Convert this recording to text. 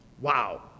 Wow